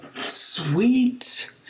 Sweet